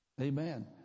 Amen